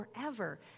forever